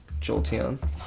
Jolteon